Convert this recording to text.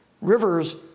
rivers